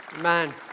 man